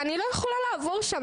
ואני לא יכולה לעבור שם.